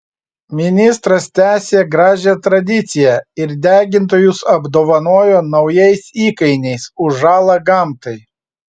ministras tęsė gražią tradiciją ir degintojus apdovanojo naujais įkainiais už žalą gamtai